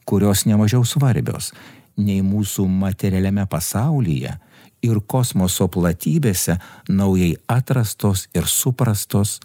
kurios ne mažiau svarbios nei mūsų materialiame pasaulyje ir kosmoso platybėse naujai atrastos ir suprastos